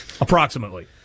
Approximately